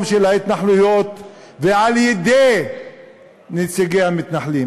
של ההתנחלויות ועל-ידי נציגי המתנחלים,